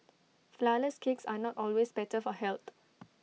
Flourless Cakes are not always better for health